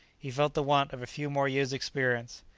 he felt the want of a few more years' experience.